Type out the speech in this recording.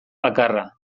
bakarra